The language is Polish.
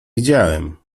widziałem